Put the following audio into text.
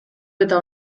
eta